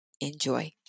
Enjoy